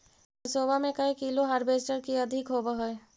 सरसोबा मे की कैलो हारबेसटर की अधिक होब है?